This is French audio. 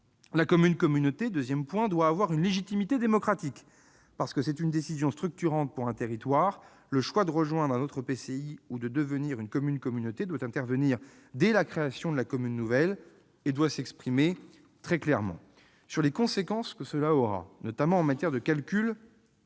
La commune-communauté doit avoir une légitimité démocratique. Parce que c'est une décision structurante pour un territoire, le choix de rejoindre un autre EPCI ou de devenir une commune-communauté doit intervenir dès la création de la commune nouvelle et doit s'exprimer très clairement. Sur les conséquences que cela aura, notamment en matière de calcul